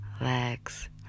legs